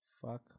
fuck